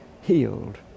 healed